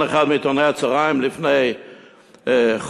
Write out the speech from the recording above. אחד מעיתוני הצהריים לפני חודשיים,